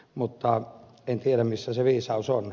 mutta en tiedä missä se viisaus on